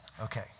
Okay